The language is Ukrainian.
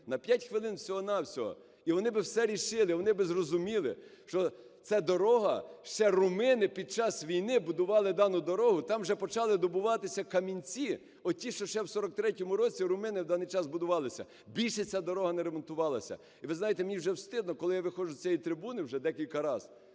на 5 хвилин всього-на-всього. І вони би все рішили, вони би зрозуміли, що це дорога, ще румуни під час війни будували дану дорогу, там вже почали добуватися камінці, оті, що ще в 43-му році румуни в даний час будувалися, більше ця дорога не ремонтувалася. І, ви знаєте, мені вже стидно, коли я виходжу з цієї трибуни вже декілька раз,